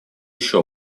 еще